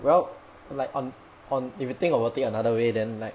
well like on on if you think about it another way then like